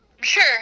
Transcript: sure